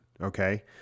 okay